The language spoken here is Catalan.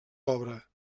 obra